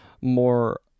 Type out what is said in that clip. more